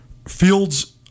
Fields